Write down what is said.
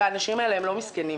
והאנשים האלה לא מסכנים.